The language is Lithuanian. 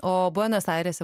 o buenos airėse